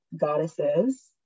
goddesses